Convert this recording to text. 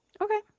Okay